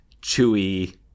chewy